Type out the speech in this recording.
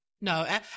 No